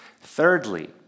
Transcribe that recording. Thirdly